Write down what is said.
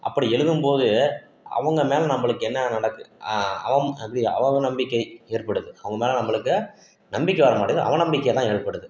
அப்படி எழுதும் போது அவங்க மேல் நம்பளுக்கு என்னென்ன நடக்கும் அவம் அது அவ அவநம்பிக்கை ஏற்படுது அவங்க மேல் நம்மளுக்கு நம்பிக்கை வர மாட்டிங்குது அவநம்பிக்கை தான் ஏற்படுது